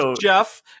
Jeff